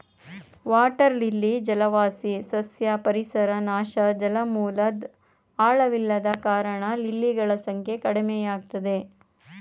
water lily ಜಲವಾಸಿ ಸಸ್ಯ ಪರಿಸರ ನಾಶ ಜಲಮೂಲದ್ ಆಳವಿಲ್ಲದ ಕಾರಣ ಲಿಲಿಗಳ ಸಂಖ್ಯೆ ಕಡಿಮೆಯಾಗಯ್ತೆ